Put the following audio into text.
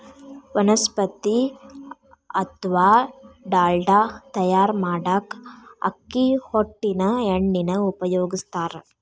ವನಸ್ಪತಿ ಅತ್ವಾ ಡಾಲ್ಡಾ ತಯಾರ್ ಮಾಡಾಕ ಅಕ್ಕಿ ಹೊಟ್ಟಿನ ಎಣ್ಣಿನ ಉಪಯೋಗಸ್ತಾರ